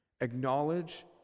Acknowledge